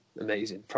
amazing